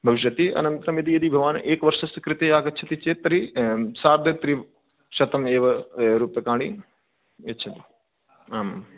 भविष्यति अनन्तरम् इति यदि भवान् एकवर्षस्य कृते आगच्छति चेत् तर्हि सार्धत्रिंशतम् एव रूप्यकाणि यच्छति आम्